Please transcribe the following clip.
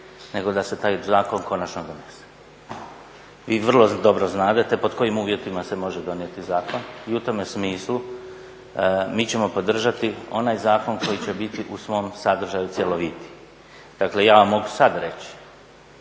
nego da se taj zakon konačno donese. I vrlo dobro znadete pod kojim uvjetima se može donijeti zakon i u tome smislu mi ćemo podržati onaj zakon koji će biti u svom sadržaju cjelovitiji. Dakle ja vam mogu sada reći.